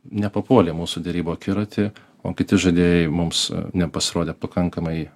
nepapuolė mūsų derybų akiraty o kiti žaidėjai mums nepasirodė pakankamai